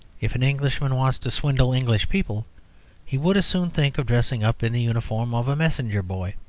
if an englishman wants to swindle english people he would as soon think of dressing up in the uniform of a messenger boy.